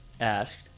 Asked